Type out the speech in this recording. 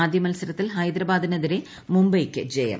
ആദ്യ മത്സരത്തിൽ ഹൈദരാബാദിന്റെതീരെ മുംബൈയ്ക്ക് ജയം